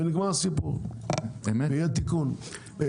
ונגמר הסיפור ויהיה תיקון.